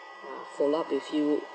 will follow up with you